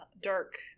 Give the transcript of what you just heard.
dark